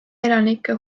elanike